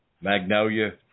Magnolia